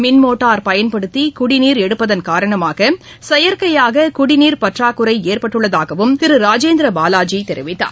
மின் மோட்டார் பயன்படுத்தி குடிநீர் எடுப்பதன் காரணமாக செயற்கையாக குடிநீர் பற்றாக்குறை ஏற்பட்டுள்ளதாகவும் திரு ராஜேந்திர பாவாஜி தெரிவித்தார்